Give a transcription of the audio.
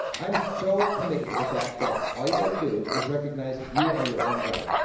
i'm so committed to the fact that all you gotta do is recognize that you are your own guide.